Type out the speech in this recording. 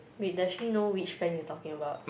wait does she know which friend you talking about